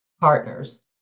partners